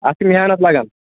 اَتھ چھِ محنت لَگان